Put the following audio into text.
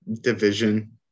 division